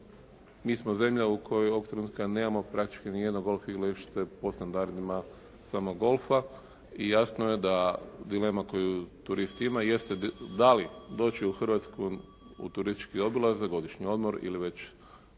mi smo zemlja koja ovog trenutka nemamo praktički ni jedno golf igralište po standardima samog golfa i jasno je da dilema koju turist ima jeste da li doći u Hrvatsku u turistički obilazak, godišnji odmor ili već